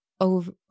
over